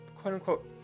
quote-unquote